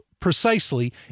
Precisely